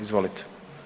Izvolite.